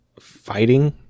Fighting